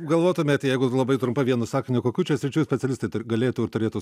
galvotumėt jeigu labai trumpa vienu sakiniu kokių čia sričių specialistai galėtų ir turėtų